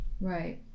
Right